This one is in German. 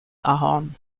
ahorn